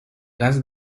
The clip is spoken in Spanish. gas